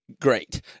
great